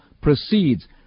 proceeds